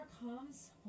comes